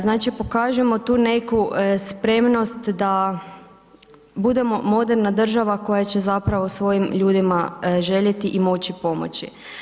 Znači, pokažimo tu neku spremnost da budemo moderna država koja će zapravo svojim ljudima željeti i moći pomoći.